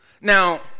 Now